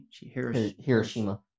Hiroshima